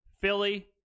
Philly